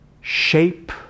shape